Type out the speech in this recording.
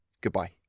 Goodbye